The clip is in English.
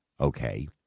okay